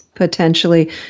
Potentially